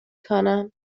کنم